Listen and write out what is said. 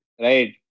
Right